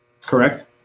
correct